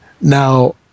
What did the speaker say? Now